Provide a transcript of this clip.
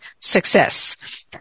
success